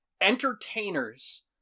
entertainers